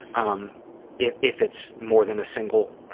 um if if it's more than a single